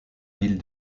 ville